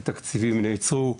התקציבים נעצרו,